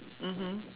mmhmm